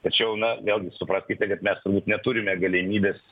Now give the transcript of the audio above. tačiau na vėlgi supraskite kad mes turbūt neturime galimybės